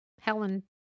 Helen